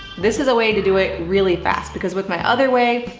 this is a way to do it really fast. because with my other way,